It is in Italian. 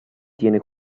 tiene